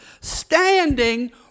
standing